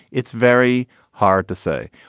it's very hard to say.